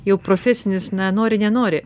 jau profesinis na nori nenori